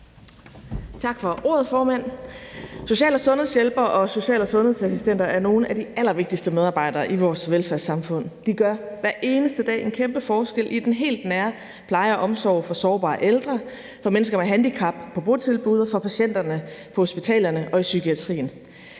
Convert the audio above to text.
Tak for ordet, formand. Social- og sundhedshjælpere og social- og sundhedsassistenter er nogle af de allervigtigste medarbejdere i vores velfærdssamfund. De gør hver eneste dag en kæmpe forskel i den helt nære pleje og omsorg for sårbare ældre, for mennesker med handicap på botilbud og for patienterne på hospitalerne og i psykiatrien.